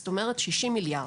זאת אומרת 60 מיליארד.